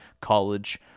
college